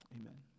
amen